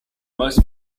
most